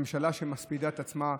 ממשלה שמספידה את עצמה,